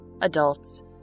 adults